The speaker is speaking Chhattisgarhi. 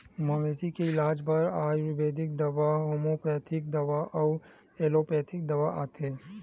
मवेशी के इलाज बर आयुरबेदिक दवा, होम्योपैथिक दवा अउ एलोपैथिक दवा आथे